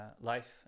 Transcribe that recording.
life